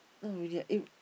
not really ah eh